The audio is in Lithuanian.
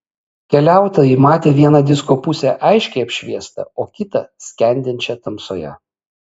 keliautojai matė vieną disko pusę aiškiai apšviestą o kitą skendinčią tamsoje